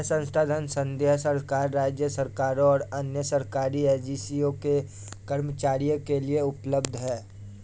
यह संसाधन संघीय सरकार, राज्य सरकारों और अन्य सरकारी एजेंसियों के कर्मचारियों के लिए उपलब्ध है